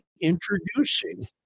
introducing